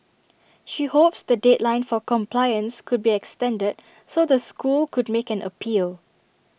she hopes the deadline for compliance could be extended so the school could make an appeal